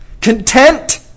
Content